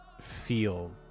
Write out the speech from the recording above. feel